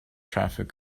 traffic